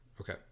Okay